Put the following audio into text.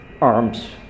arms